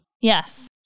Yes